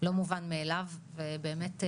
לא מובן מאליו ובאמת.